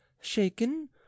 shaken